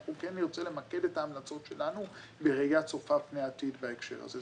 אנחנו כן נרצה למקד את ההמלצות שלנו בראייה צופה פני עתיד בהקשר הזה.